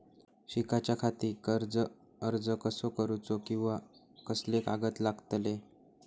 शिकाच्याखाती कर्ज अर्ज कसो करुचो कीवा कसले कागद लागतले?